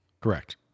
Correct